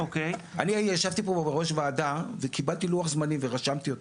אני ישבתי פה ראש ועדה וקיבלתי לוח זמנים ורשמתי אותו,